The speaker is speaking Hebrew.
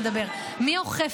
אני אמשיך לדבר.